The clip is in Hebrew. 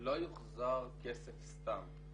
לא יוחזר כסף סתם.